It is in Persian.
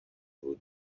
بود